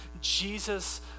Jesus